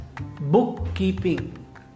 bookkeeping